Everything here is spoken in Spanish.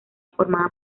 formada